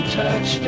touch